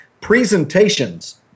presentations